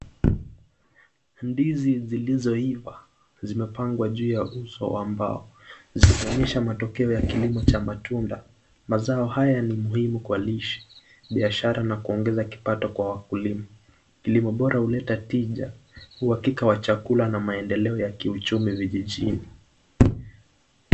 Ndizi zilizoiva zimepangwa juu ya uso wa mbao zikionyesha matokeo ya kilimo cha matunda mazao haya ni muhimu kwa lishe, biashara na kuongeza kipato kwa wakulima kilimo bora huleta tija uhakika ya chakula na maendeleo vijijini.